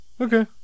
Okay